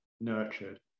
nurtured